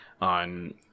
on